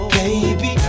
baby